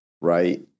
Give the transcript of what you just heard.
Right